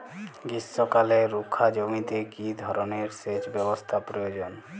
গ্রীষ্মকালে রুখা জমিতে কি ধরনের সেচ ব্যবস্থা প্রয়োজন?